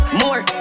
more